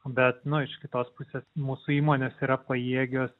bet nu iš kitos pusės mūsų įmonės yra pajėgios